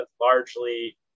largely